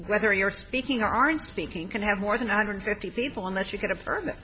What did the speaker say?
whether you're speaking aren't speaking can have more than one hundred fifty people unless you get a permit